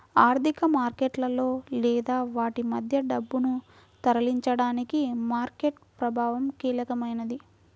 ఆర్థిక మార్కెట్లలో లేదా వాటి మధ్య డబ్బును తరలించడానికి మార్కెట్ ప్రభావం కీలకమైనది